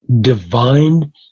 divine